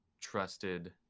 trusted